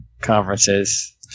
conferences